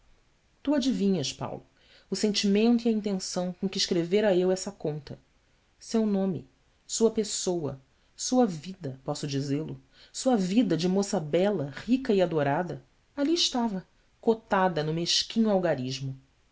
tu adivinhas paulo o sentimento e a intenção com que escrevera eu essa conta seu nome sua pessoa sua vida posso dizê-lo sua vida de moça bela rica e adorada ali estava cotada no mesquinho algarismo